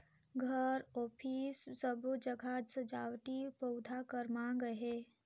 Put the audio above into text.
घर, अफिस सबो जघा सजावटी पउधा कर माँग अहे